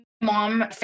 mom